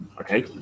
Okay